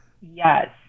Yes